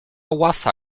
łasa